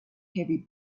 heavy